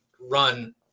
run